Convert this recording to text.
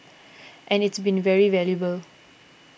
and it's been very valuable